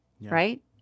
Right